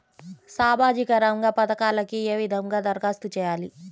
సామాజిక రంగ పథకాలకీ ఏ విధంగా ధరఖాస్తు చేయాలి?